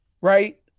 right